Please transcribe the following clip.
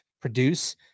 produce